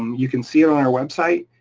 um you can see it on our website,